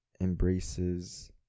embraces